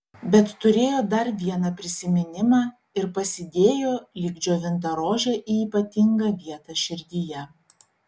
bet turėjo dar vieną prisiminimą ir pasidėjo lyg džiovintą rožę į ypatingą vietą širdyje